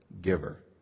giver